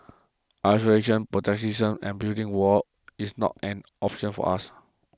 isolation protectionism and building walls is not an option for us